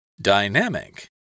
Dynamic